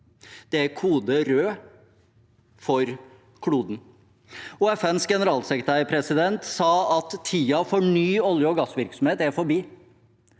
Det er kode rød for kloden. FNs generalsekretær sa at tiden for ny olje- og gassvirksomhet er forbi